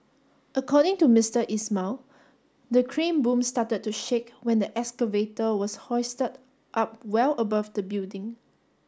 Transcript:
according to Mr Ismail the crane boom started to shake when the excavator was hoisted up well above the building